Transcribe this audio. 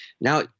Now